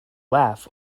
laugh